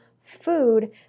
food